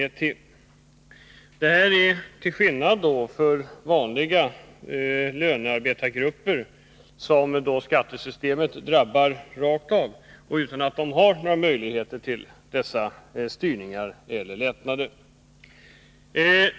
Detta skall ses mot vad som gäller för vanliga lönearbetargrupper, som skattesystemet drabbar direkt, utan att ge några möjligheter till sådana styrningar eller lättnader.